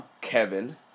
Kevin